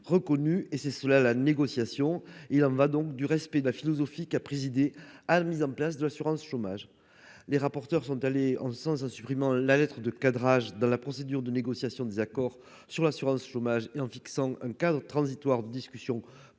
reconnues et c'est cela la négociation, il en va donc du respect de la philosophie qui a présidé à la mise en place de l'assurance chômage, les rapporteurs sont d'aller en ce sens en supprimant la lettre de cadrage dans la procédure de négociations des accords sur l'assurance chômage et en fixant un cadre transitoire discussion